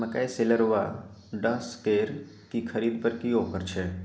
मकई शेलर व डहसकेर की खरीद पर की ऑफर छै?